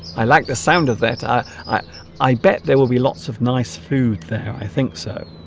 i like the sound of that ah i i bet there will be lots of nice food there i think so